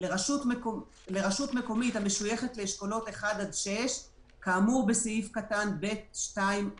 "לרשות מקומית המשויכת לאשכולות 1 עד 6 כאמור בסעיף קטן (ב)(2)(ב)".